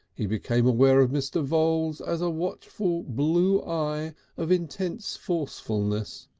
he became aware of mr. voules as a watchful, blue eye of intense forcefulness.